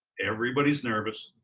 everybody's nervous,